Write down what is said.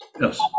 Yes